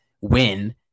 win